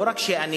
לא רק שאני,